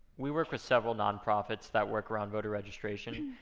we work with several nonprofits that work around voter registration.